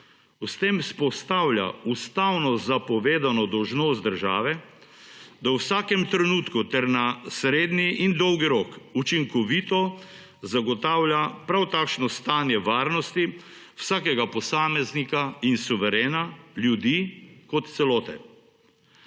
S tem vzpostavlja ustavno zapovedano dolžnost države, da v vsakem trenutku ter na srednji in dolgi rok učinkovito zagotavlja prav takšno stanje varnosti vsakega posameznika in suverena – ljudi kot celote.